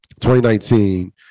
2019